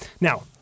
Now